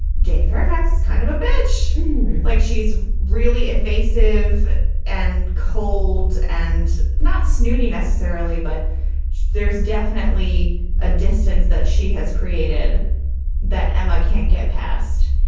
jane fairfax is kind of a bitch like she's really evasive and cold and not snooty necessarily, but there's definitely a distance that she has created that emma can't get past.